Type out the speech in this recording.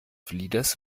flieders